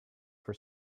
for